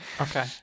Okay